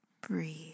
Breathe